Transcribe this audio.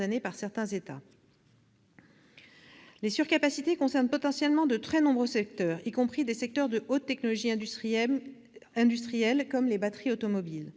années par certains États. Les surcapacités concernent potentiellement de très nombreux secteurs, y compris des secteurs de haute technologie industrielle, comme les batteries automobiles.